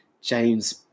James